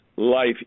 life